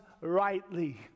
rightly